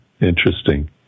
interesting